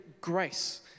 grace